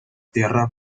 tierra